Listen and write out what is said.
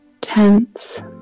tense